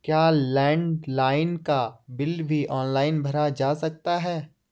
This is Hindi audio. क्या लैंडलाइन का बिल भी ऑनलाइन भरा जा सकता है?